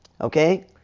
okay